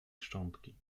szczątki